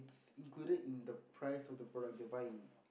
it's included in the price of product they're buying